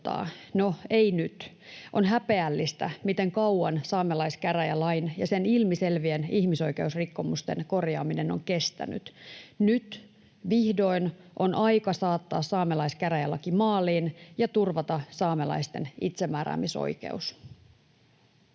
No, ei nyt. On häpeällistä, miten kauan saamelaiskäräjälain ja sen ilmiselvien ihmisoikeusrikkomusten korjaaminen on kestänyt. Nyt vihdoin on aika saattaa saamelaiskäräjälaki maaliin ja turvata saamelaisten itsemääräämisoikeus.